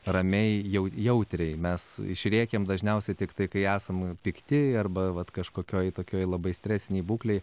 ramiai jau jautriai mes išrėkiam dažniausiai tiktai kai esam pikti arba vat kažkokioj tokioj labai stresinėj būklėj